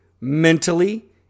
mentally